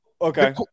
okay